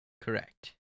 Correct